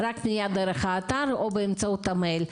רק פניה דרך אתר או באמצעות המייל.